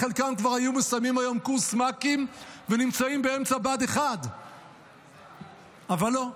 חלקם כבר היו מסיימים היום קורס מ"כים ונמצאים באמצע בה"ד 1. אבל לא.